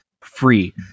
free